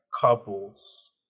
couples